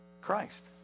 Christ